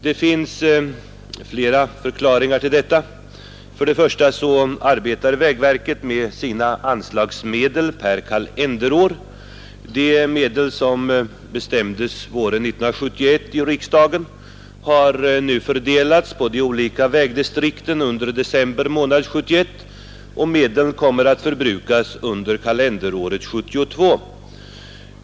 Det finns flera förklaringar till detta. En förklaring är att vägverket arbetar med sina anslagsmedel per kalenderår. De medel som bestämdes våren 1971 i riksdagen har fördelats på de olika vägdistrikten under december månad 1971, och medlen kommer att förbrukas under kalenderåret 1972.